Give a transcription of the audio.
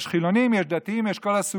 יש חילונים, יש דתיים, יש כל הסוגים.